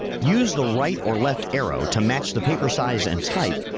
use the right or left arrow to match the paper size and type,